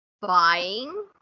buying